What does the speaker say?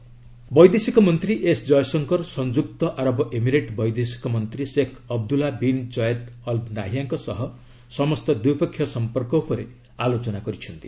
Jaishankar UAE ବୈଦେଶିକ ମନ୍ତ୍ରୀ S Jaishankar ସଂଯୁକ୍ତ ଆରବ ଏମିରେଟ୍ ବୈଦେଶିକ ମନ୍ତ୍ରୀ Sheikh Abdullah bin Zayed Al ନାହିଁୟାଙ୍କ ସହ ସମସ୍ତ ଦ୍ୱିପକ୍ଷୀୟ ସମ୍ପର୍କ ଉପରେ ଆଲୋଚନା କରିଛନ୍ତି